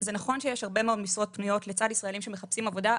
זה נכון שיש הרבה מאוד משרות פנויות לצד ישראלים שמחפשים עבודה,